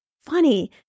funny